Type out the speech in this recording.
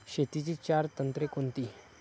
शेतीची चार तंत्रे कोणती?